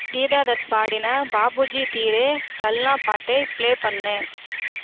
கீதா தத் பாடின பாபுஜி தீரே சல்னா பாட்டை ப்ளே பண்ணு